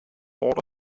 board